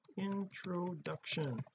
introduction